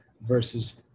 versus –